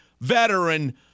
veteran